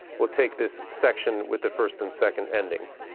we'll take this section with the first and second endings.